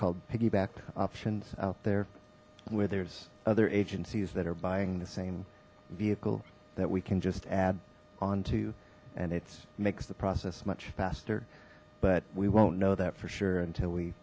called piggybacked options out there where there's other agencies that are buying the same vehicle that we can just add onto and it makes the process much faster but we won't know that for sure until we